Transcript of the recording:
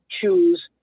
choose